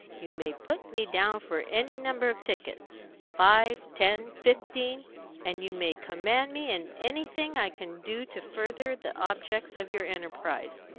you may put me down for any number of tickets five, ten, fifteen and you may command me in anything i can do to further the objects of your enterprise,